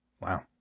Wow